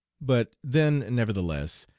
but then, nevertheless,